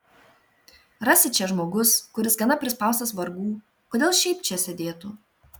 rasi čia žmogus kuris gana prispaustas vargų kodėl šiaip čia sėdėtų